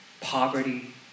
poverty